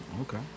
Okay